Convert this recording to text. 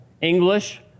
english